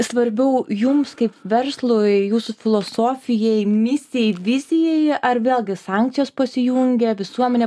svarbiau jums kaip verslui jūsų filosofijai misijai vizijai ar vėlgi sankcijos pasijungia visuomenė